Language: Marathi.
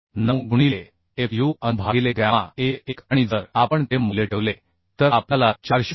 9 गुणिले Fu An भागिले गॅमा A 1 आणि जर आपण ते मूल्य ठेवले तर आपल्याला 460